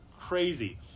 crazy